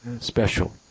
special